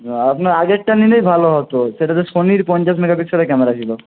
আপনার আগেরটা নিলেই ভালো হত সেটা সোনির পঞ্চাশ মেগা পিক্সেলের ক্যামেরা ছিলো